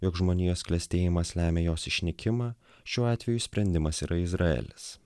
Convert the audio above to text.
jog žmonijos klestėjimas lemia jos išnykimą šiuo atveju sprendimas yra izraelis